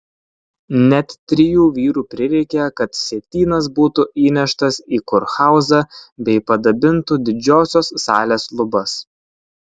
net trijų vyrų prireikė kad sietynas būtų įneštas į kurhauzą bei padabintų didžiosios salės lubas